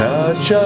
Touch